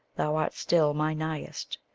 thou art still my nighest.